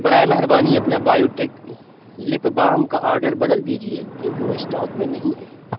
برائے مہربانی اپنا بایوٹیک لپ بام کا آرڈر بدل دیجیے کیوںکہ وہ اسٹاک میں نہیں ہے